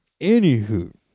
Anywho